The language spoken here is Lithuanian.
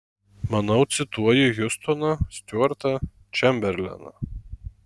manau cituoji hiustoną stiuartą čemberleną